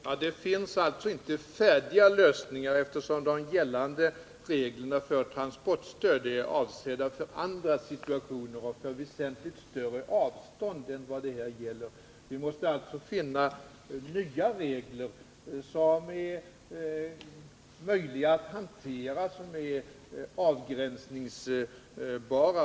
Herr talman! Det finns som jag sade inga färdiga lösningar, eftersom de gällande reglerna för transporstöd är avsedda för andra siuationer, situationer där det rör sig om väsentligt större avstånd än vad det här gäller. Vi måste alltså finna nya regler som är möjliga att hantera och som är avgränsningsbara.